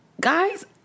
guys